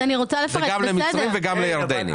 גם למצרים וגם לירדנים.